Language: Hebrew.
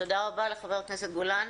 תודה רבה לחבר הכנסת גולן.